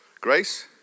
Grace